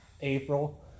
April